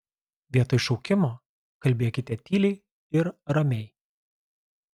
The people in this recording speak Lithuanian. vietoj šaukimo kalbėkite tyliai ir ramiai